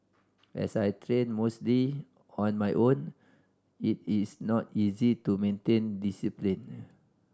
as I train mostly on my own it is not easy to maintain discipline